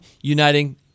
uniting